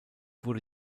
wurde